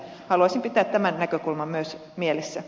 haluaisin pitää tämän näkökulman myös mielessä